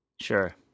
Sure